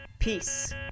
Peace